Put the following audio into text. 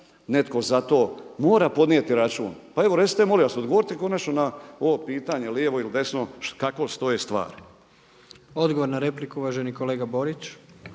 Netko za to mora podnijeti račun. Pa evo recite molim vas, odgovorite konačno na ovo pitanje lijevo ili desno kako stoje stvari. **Jandroković, Gordan (HDZ)** Odgovor na repliku, uvaženi kolega Borić.